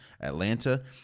Atlanta